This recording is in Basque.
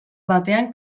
batean